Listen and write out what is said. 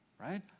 right